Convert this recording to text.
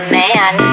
man